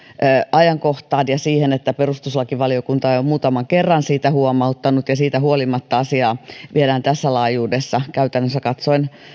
ajankohtaan ja siihen että perustuslakivaliokunta on jo muutaman kerran siitä huomauttanut ja siitä huolimatta asiaa viedään tässä laajuudessa käytännössä katsoen